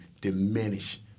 diminish